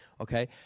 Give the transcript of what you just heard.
okay